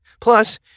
Plus